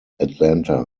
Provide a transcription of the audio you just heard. atlanta